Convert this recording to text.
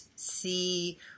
See